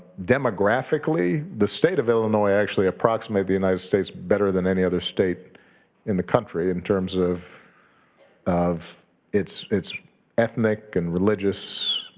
demographically, the state of illinois actually approximate the united states better than any other state in the country in terms of of its its ethnic and religious